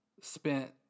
spent